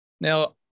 Now